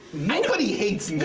nobody hates